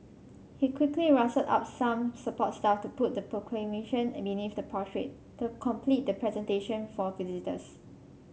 he quickly rustled up some support staff to put the proclamation a beneath the portrait to complete the presentation for visitors